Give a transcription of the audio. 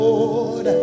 Lord